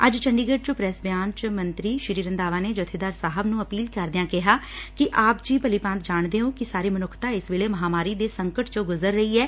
ਅੱਜ ਚੰਡੀਗੜੁ ਚ ਪ੍ਰੈਸ ਬਿਆਨ ਚ ਮੰਤਰੀ ਸ੍ਰੀ ਰੰਧਾਵਾ ਨੇ ਜੱਬੇਦਾਰ ਸਾਹਿਬ ਨੂੰ ਅਪੀਲ ਕਰਦਿਆਂ ਕਿਹਾ ਕਿ ਆਪ ਜੀ ਭਲੀ ਭਾਂਤ ਜਾਣਦੇ ਹੋ ਕਿ ਸਾਰੀ ਮਨੁੱਖਤਾ ਇਸ ਵੇਲੇ ਮਹਾਂਮਾਰੀ ਦੇ ਸੰਕਟ ਚੋ ਗੁਜਰ ਰਹੀ ਐ